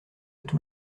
tous